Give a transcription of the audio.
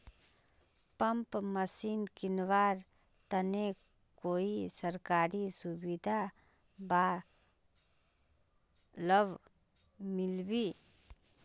Pump machine किनवार तने कोई सरकारी सुविधा बा लव मिल्बी?